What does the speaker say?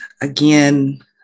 again